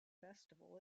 festival